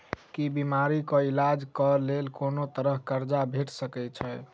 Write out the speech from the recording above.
की बीमारी कऽ इलाज कऽ लेल कोनो तरह कऽ कर्जा भेट सकय छई?